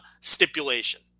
stipulation